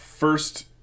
First